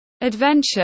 adventure